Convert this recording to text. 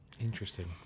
Interesting